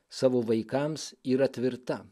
savo vaikams yra tvirta